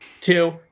two